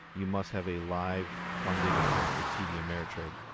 you must have a live, funded account with td ameritrade.